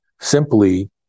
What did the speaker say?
simply